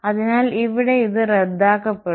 അതിനാൽ ഇവിടെ ഇത് റദ്ദാക്കപ്പെടും